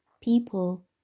people